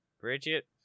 Bridget